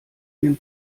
den